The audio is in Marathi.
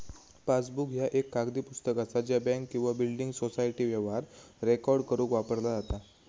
पासबुक ह्या एक कागदी पुस्तक असा ज्या बँक किंवा बिल्डिंग सोसायटी व्यवहार रेकॉर्ड करुक वापरला जाता